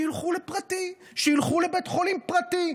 שילכו לפרטי, שילכו לבית חולים פרטי.